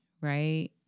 right